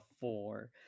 four